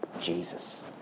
Jesus